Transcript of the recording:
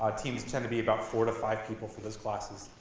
ah teams tend to be about four to five people for those classes,